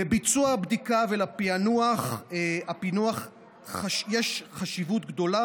לביצוע הבדיקה ולפענוח יש חשיבות גדולה